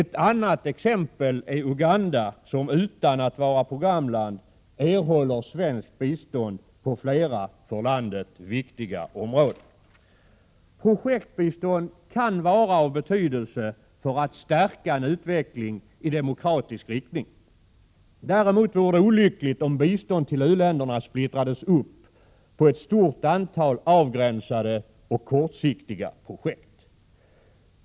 Ett annat exempel är Uganda, som utan att vara programland erhåller svenskt bistånd på flera för landet viktiga områden. Projektbistånd kan vara av betydelse för att stärka en utveckling i demokratisk riktning. Däremot vore det olyckligt om biståndet till uländerna splittrades upp på ett stort antal avgränsade och kortsiktiga projekt.